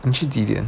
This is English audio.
你去几点